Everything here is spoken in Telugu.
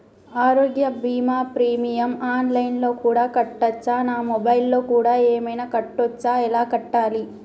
ఆరోగ్య బీమా ప్రీమియం ఆన్ లైన్ లో కూడా కట్టచ్చా? నా మొబైల్లో కూడా ఏమైనా కట్టొచ్చా? ఎలా కట్టాలి?